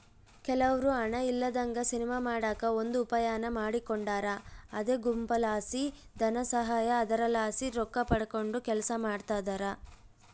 ಕೆಲವ್ರು ಹಣ ಇಲ್ಲದಂಗ ಸಿನಿಮಾ ಮಾಡಕ ಒಂದು ಉಪಾಯಾನ ಮಾಡಿಕೊಂಡಾರ ಅದೇ ಗುಂಪುಲಾಸಿ ಧನಸಹಾಯ, ಅದರಲಾಸಿ ರೊಕ್ಕಪಡಕಂಡು ಕೆಲಸ ಮಾಡ್ತದರ